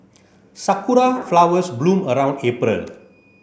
Sakura flowers bloom around April